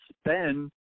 spend